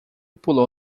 pulou